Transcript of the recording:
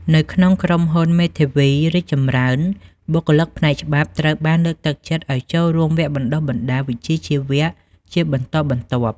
នៅក្នុងក្រុមហ៊ុនមេធាវីរីកចម្រើន បុគ្គលិកផ្នែកច្បាប់ត្រូវបានលើកទឹកចិត្តឱ្យចូលរួមវគ្គបណ្តុះបណ្តាលវិជ្ជាជីវៈជាបន្តបន្ទាប់។